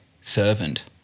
servant